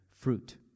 fruit